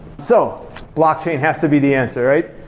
so blockchain has to be the answer, right?